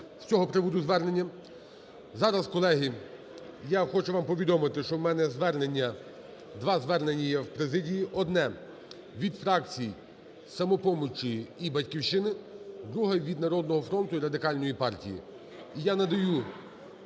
з цього приводу звернення. Зараз, колеги, я хочу вам повідомити, що в мене звернення... два звернення є в президії: одне – від фракцій "Самопомочі" і "Батьківщини", друге – від "Народного фронту" і Радикальної партії.